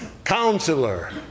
counselor